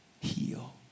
Heal